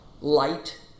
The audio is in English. light